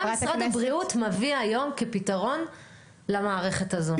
מה משרד הבריאות מביא היום כפיתרון למערכת הזו.